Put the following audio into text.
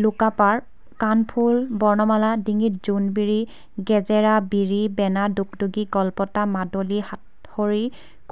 লোকাপাৰ কাণফুল বনমালা ডিঙিত জোনবিৰি গেজেৰা বিৰি বেনা দুগদুগি গলপতা মাদলি সাতসৰী